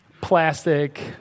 plastic